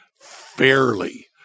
fairly